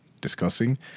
discussing